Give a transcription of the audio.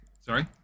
Sorry